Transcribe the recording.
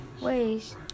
ways